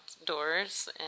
outdoors